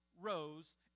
rows